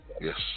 Yes